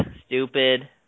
stupid